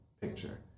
picture